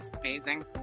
Amazing